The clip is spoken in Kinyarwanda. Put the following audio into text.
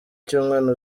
cy’umwana